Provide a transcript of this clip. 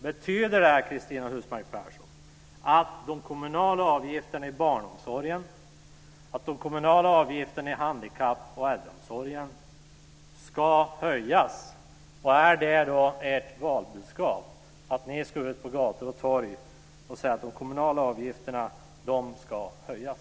Betyder detta, Cristina Husmark Pehrsson, att de kommunala avgifterna i barnomsorgen och i handikapp och äldreomsorgen ska höjas? Är det ert valbudskap? Ska ni ut på gator och torg och säga att de kommunala avgifterna ska höjas?